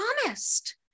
promised